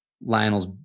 lionel's